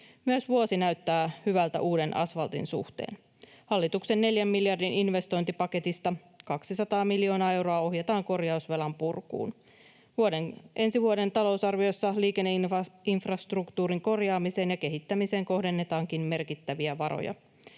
ensi vuosi näyttää hyvältä uuden asfaltin suhteen. Hallituksen neljän miljardin investointipaketista 200 miljoonaa euroa ohjataan korjausvelan purkuun. Ensi vuoden talousarviossa liikenneinfrastruktuurin korjaamiseen ja kehittämiseen kohdennetaankin merkittäviä varoja,